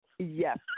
Yes